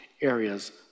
areas